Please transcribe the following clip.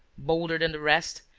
bolder than the rest,